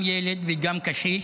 גם ילד וגם קשיש.